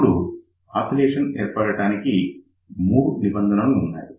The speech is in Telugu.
ఇప్పుడు ఆసిలేషన్ ఏర్పపడటానికి 3 నిబంధనలు ఉన్నాయి